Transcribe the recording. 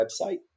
website